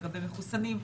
לגבי מחוסנים.